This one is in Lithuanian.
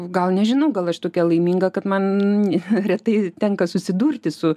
gal nežinau gal aš tokia laiminga kad man retai tenka susidurti su